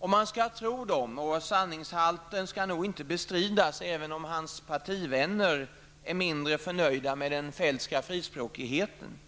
Om man skall tro dessa -- och sanningshalten skall nog inte bestridas, även om hans partivänner är mindre förnöjda med den feldtska frispråkigheten